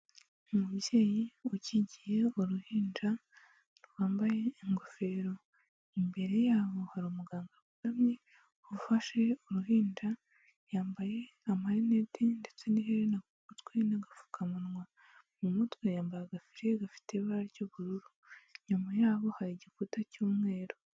Umubyeyi ukikiye uruhinja rwambaye ingofero, imbere yabo hari umuganga wunamye ufashe uruhinja, yambaye amarinete ndetse n'iherena ku gutwi n'agapfukamunwa, mu mutwe yambaye agafire gafite ibara ry'ubururu, inyuma yaho hari igikuta cy'umweru.